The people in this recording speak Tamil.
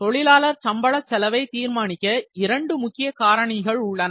தொழிலாளர் சம்பள செலவை தீர்மானிக்க இரண்டு முக்கிய காரணிகள் உள்ளன